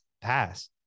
pass